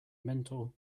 mentor